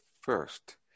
first